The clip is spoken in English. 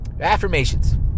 affirmations